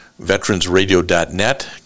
veteransradio.net